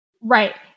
Right